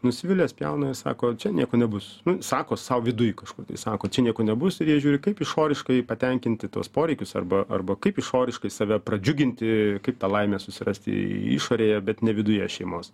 nusivilia pjauna ir sako čia nieko nebus sako sau viduj kažkur tai sako čia nieko nebus ir jie žiūri kaip išoriškai patenkinti tuos poreikius arba arba kaip išoriškai save pradžiuginti kaip tą laimę susirasti išorėje bet ne viduje šeimos